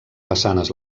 façanes